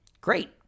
Great